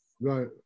right